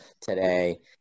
today